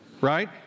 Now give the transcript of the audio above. right